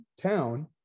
town